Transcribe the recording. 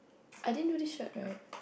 I didn't do this shirt right